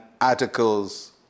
articles